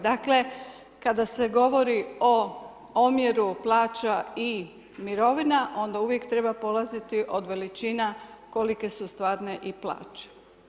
Dakle kada se govori o omjeru plaća i mirovina, onda uvijek treba polaziti od veličina kolike su stvarne i plaće.